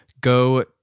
go